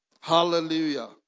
Hallelujah